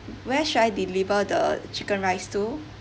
where should I deliver the chicken rice to